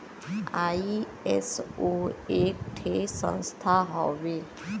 ISO एक ठे संस्था हउवे